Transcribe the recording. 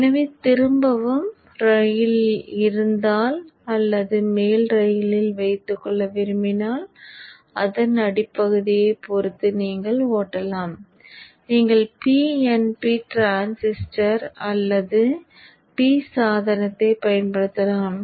எனவே திரும்பும் ரயிலில் இருந்தால் அல்லது மேல் ரயிலில் வைத்துக்கொள்ள விரும்பினால் அதன் அடிப்பகுதியைப் பொறுத்து நீங்கள் ஓட்டலாம் நீங்கள் PNP டிரான்சிஸ்டர் அல்லது P சாதனத்தைப் பயன்படுத்தலாம்